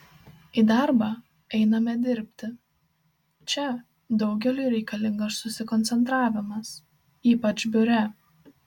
į darbą einame dirbti čia daugeliui reikalingas susikoncentravimas ypač biure